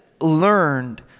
learned